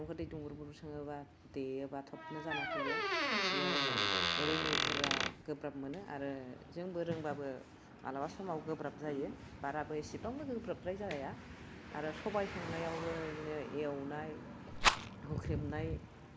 माइरंखौ दै दुबुंर बुर सोङोबा देयोबा थबनो जाना फैयो बेयाव रोङैफोरा गोब्राब मोनो आरो जोंबो रोंबाबो मालाबा समाव गोब्राब जायो बाराबो एसेबां गोब्राबद्राय जाया आरो सबाइ संनायावबो बिदिनो एवनाय हुख्रेमनाय